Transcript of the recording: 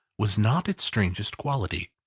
was not its strangest quality.